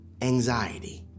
anxiety